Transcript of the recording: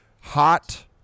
hot